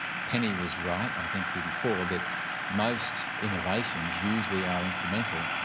penny was right, i think here before, that most innovations usually are incremental,